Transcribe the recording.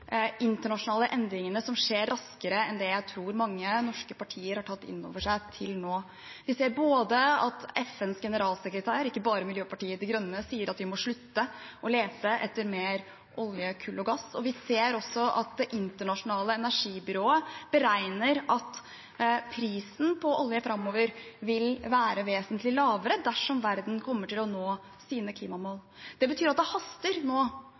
internasjonale endringene som skjer raskere enn det jeg tror mange norske partier har tatt inn over seg til nå. Vi ser at både FNs generalsekretær, ikke bare Miljøpartiet De Grønne, sier at vi må slutte å lete etter mer olje, kull og gass. Vi ser også at Det internasjonale energibyrået beregner at prisen på olje framover vil være vesentlig lavere dersom verden kommer til å nå sine klimamål. Det betyr at det haster nå